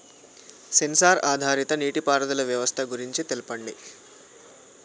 Censor ఆధారిత నీటిపారుదల వ్యవస్థ గురించి తెల్పండి?